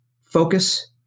focus